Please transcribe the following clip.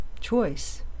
choice